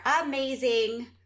amazing